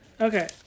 Okay